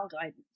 guidance